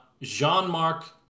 Jean-Marc